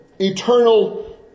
eternal